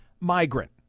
migrant